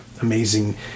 amazing